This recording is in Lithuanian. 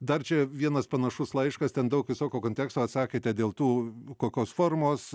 dar čia vienas panašus laiškas ten daug visokio konteksto atsakėte dėl tų kokios formos